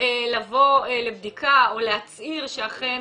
לבוא לבדיקה או להצהיר שאכן